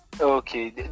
okay